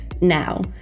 Now